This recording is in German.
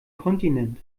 kontinent